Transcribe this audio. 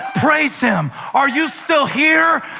praise him. are you still here?